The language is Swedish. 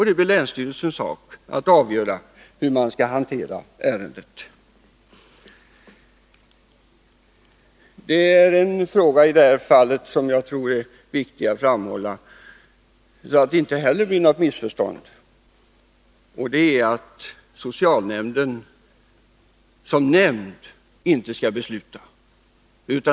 Det blir länsstyrelsens sak att avgöra hur man skall hantera ärendet. En annan sak som jag tror är viktig att framhålla i detta sammanhang, så att det inte heller där blir något missförstånd, är att socialnämnden som nämnd inte skall besluta.